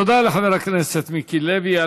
תודה לחבר הכנסת מיקי לוי.